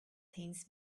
things